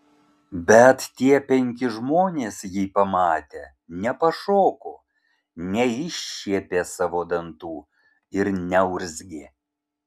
bet tie penki žmonės jį pamatę nepašoko neiššiepė savo dantų ir neurzgė